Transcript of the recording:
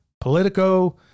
Politico